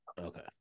Okay